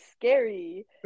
scary